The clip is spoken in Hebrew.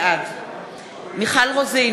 בעד מיכל רוזין,